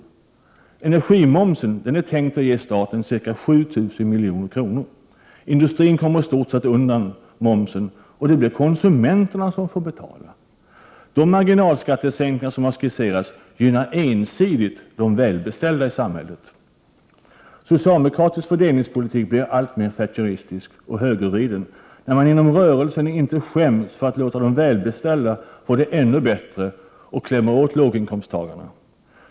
Det är tänkt att energimomsen skall ge staten ca 7 000 milj.kr. Industrin kommer i stort sett undan momsen, och det blir konsumenterna som får betala. De marginalskattesänkningar som har skisserats gynnar ensidigt de välbeställda i samhället. Socialdemokratisk fördelningspolitik blir alltmer thatcheristisk och högervriden, när man inom rörelsen inte skäms för att låta de välbeställda få det ännu bättre och klämmer åt låginkomsttagarna.